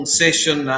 session